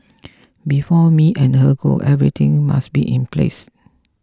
before me and her go everything must be in place